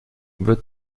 wird